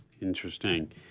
Interesting